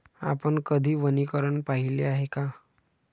आपण कधी वनीकरण पाहिले आहे का?